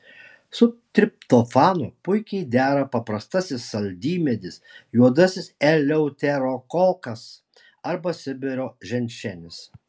su triptofanu puikiai dera paprastasis saldymedis juodasis eleuterokokas arba sibiro ženšenis